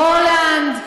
הולנד,